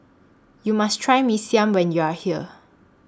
YOU must Try Mee Siam when YOU Are here